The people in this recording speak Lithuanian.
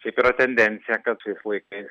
šiaip yra tendencija kad šiais laikais